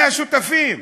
מי השותפים?